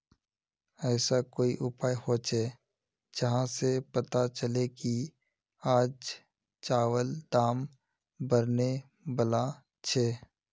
ऐसा कोई उपाय होचे जहा से पता चले की आज चावल दाम बढ़ने बला छे?